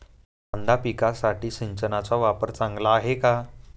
कांदा पिकासाठी सिंचनाचा वापर चांगला आहे का?